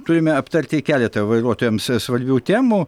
turime aptarti keletą vairuotojams svarbių temų